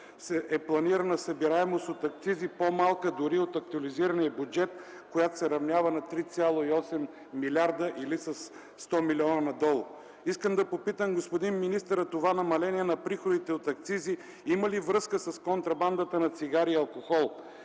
е планирана събираемост от акцизи по-малка дори от актуализирания бюджет, която се равнява на 3,8 милиарда или със 100 милиона надолу. Искам да попитам господин министъра това намаление на приходите от акцизи има ли връзка с контрабандата на цигари и алкохол?